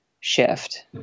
shift